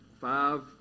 five